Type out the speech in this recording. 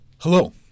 Hello